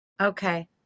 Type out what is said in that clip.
Okay